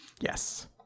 Yes